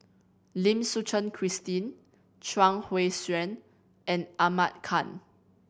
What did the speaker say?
Lim Suchen Christine Chuang Hui Tsuan and Ahmad Khan